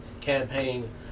campaign